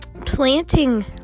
planting